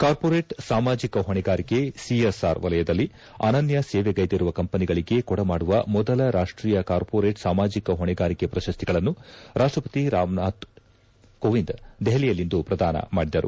ಕಾರ್ಮೋರೆಟ್ ಸಾಮಾಜಿಕ ಹೊಣೆಗಾರಿಕೆ ಸಿಎಸ್ಆರ್ ವಲಯದಲ್ಲಿ ಅನನ್ನ ಸೇವೆಗ್ಟೆದಿರುವ ಕಂಪನಿಗಳಿಗೆ ಕೊಡಮಾಡುವ ಮೊದಲ ರಾಷ್ಷೀಯ ಕಾರ್ಮೋರೇಟ್ ಸಾಮಾಜಿಕ ಹೊಣೆಗಾರಿಕೆ ಪ್ರಶಸ್ತಿಗಳನ್ನು ರಾಷ್ಷಪತಿ ರಾಮ್ನಾಥ್ ಕೋವಿಂದ್ ದೆಪಲಿಯಲ್ಲಿಂದು ಪ್ರದಾನ ಮಾಡಿದರು